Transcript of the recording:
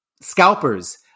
scalpers